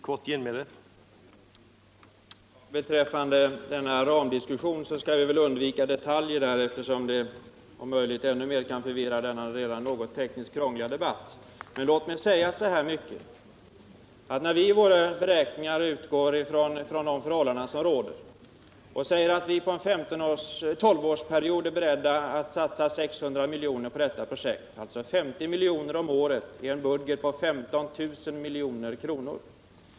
Herr talman! Beträffande denna ramdiskussion skall vi väl undvika detaljer, eftersom detta om möjligt ännu mer kan förvirra den tekniskt sett redan något krångliga debatten. Men låt mig framhålla att vi i våra beräkningar utgår från de förhållanden som råder och säger att vi på en 12-årsperiod är beredda att satsa 600 miljoner på detta projekt, dvs. 50 miljoner om året i en budget på 15 000 milj.kr.